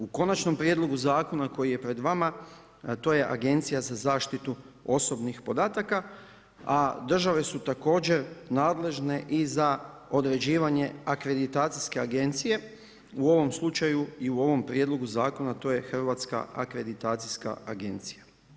U konačnom prijedlogu zakona koji je pred vama to je Agencija za zaštitu osobnih podataka, a države su također nadležne i za određivanja akreditacijske agencije u ovom slučaju i u ovom prijedlogu zakona to je Hrvatska akreditacijska agencija.